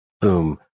boom